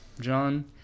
John